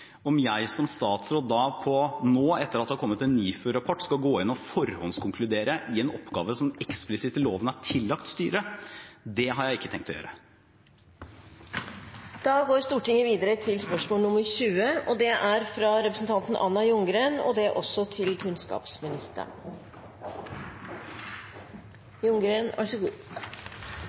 jeg som statsråd nå, etter at det har kommet en NIFU-rapport, gå inn og forhåndskonkludere når det gjelder en oppgave som eksplisitt i loven er tillagt styret? Det har jeg ikke tenkt å gjøre. «Stortinget har bedt regjeringen se på finansieringssystemet i universitets- og høgskolesektoren slik at det blir en økt likebehandling mellom de nye og